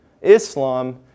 Islam